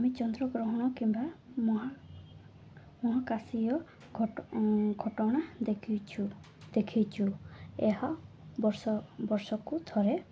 ଆମେ ଚନ୍ଦ୍ରଗ୍ରହଣ କିମ୍ବା ମହା ମହାକାଶୀୟ ଘଟ ଘଟଣା ଦେଖିଛୁ ଦେଖିଛୁ ଏହା ବର୍ଷ ବର୍ଷକୁ ଥରେ